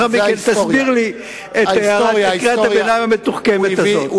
אבל לאחר מכן תסביר לי את קריאת הביניים המתוחכמת הזאת.